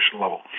level